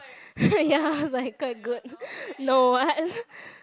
ya is like quite good no I haven't